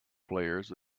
players